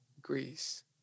Greece